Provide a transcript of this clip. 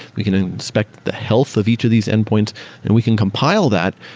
we can inspect the health of each of these endpoints and we can compile that.